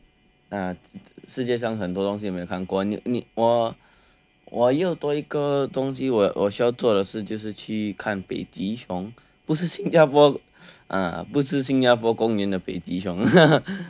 ya 世界上很多东西没有看过你我我又多一个东西我要做的事就是去看北极熊不是新加坡不是新加坡公民的北极熊